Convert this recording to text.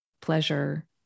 pleasure